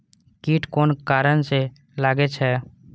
कीट कोन कारण से लागे छै?